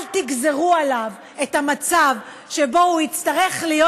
אל תגזרו עליו את המצב שבו הוא יצטרך להיות